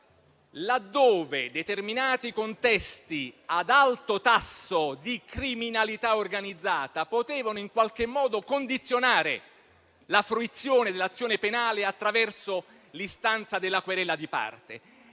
laddove determinati contesti ad alto tasso di criminalità organizzata potevano in qualche modo condizionare la fruizione dell'azione penale attraverso l'istanza della querela di parte.